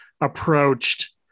approached